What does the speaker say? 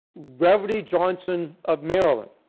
reveredy johnson of maryland.